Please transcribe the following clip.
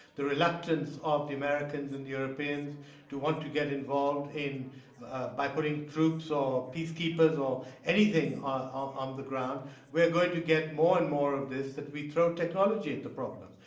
the reluctance of the americans and the europeans to want to get involved in by putting troops, orpeacekeepers, or anything on um the ground we're going to get more and more of this, that we throw technology at the problem.